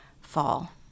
fall